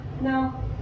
No